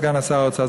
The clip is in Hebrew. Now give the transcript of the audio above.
סגן שר האוצר,